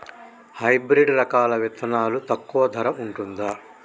Hybrid రకాల విత్తనాలు తక్కువ ధర ఉంటుందా?